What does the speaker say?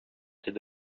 did